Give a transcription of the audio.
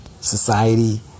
society